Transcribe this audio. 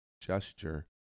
gesture